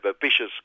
vicious